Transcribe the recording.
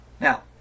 Now